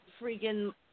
freaking